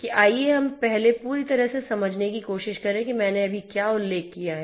कि आइए हम पहले पूरी तरह समझने की कोशिश करें कि मैंने अभी क्या उल्लेख किया है